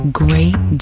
great